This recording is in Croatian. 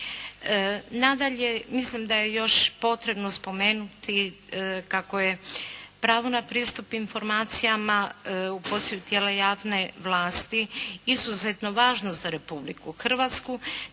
Nadalje mislim da je još potrebno spomenuti kako je pravo na pristup informacijama u posjedu tijela javne vlasti izuzetno važno za Republiku Hrvatsku